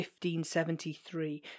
1573